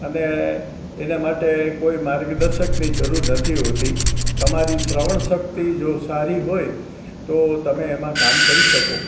અને એના માટે કોઈ માર્ગદર્શકની જરૂર નથી હોતી તમારી શ્રવણ શકિત જો સારી હોય તો તમે એમાં કામ કરી શકો